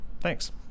Thanks